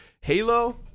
Halo